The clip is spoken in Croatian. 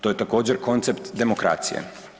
To je također, koncept demokracije.